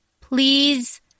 please